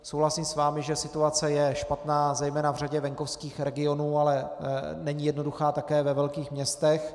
Souhlasím s vámi, že situace je špatná zejména v řadě venkovských regionů, ale není jednoduchá také ve velkých městech.